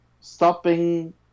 stopping